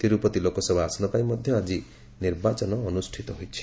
ତିରୂପତି ଲୋକସଭା ଆସନ ପାଇଁ ମଧ୍ୟ ଆଜି ନିର୍ବାଚନ ଅନୁଷ୍ଠିତ ହୋଇଛି